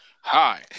Hi